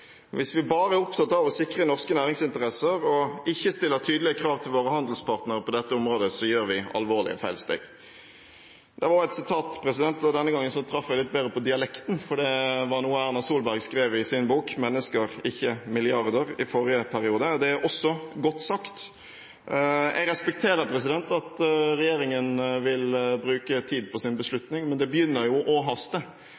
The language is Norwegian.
Hvis vi bare er opptatt av å sikre norske næringsinteresser, og ikke stiller tydelige krav til våre handelspartnere på dette området, gjør vi alvorlige feilsteg. Dette var også et sitat, og denne gangen traff jeg litt bedre på dialekten, for dette var noe Erna Solberg skrev i sin bok, «Mennesker, ikke milliarder», i forrige periode. Og det er også godt sagt! Jeg respekter at regjeringen vil bruke tid på sin